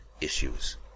issues